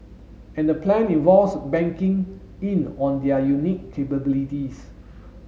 and the plan involves banking in on their unique capabilities